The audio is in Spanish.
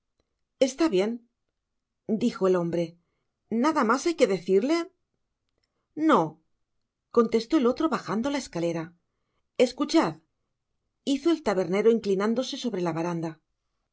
está bien dijo el hombre nada mas hay que decirle no contestó el otro bajando la escalera escuchad hizo el tabernero inclinándose sobre la baranda no